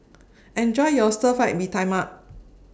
Enjoy your Stir Fry Mee Tai Mak